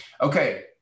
Okay